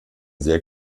sehr